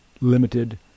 limited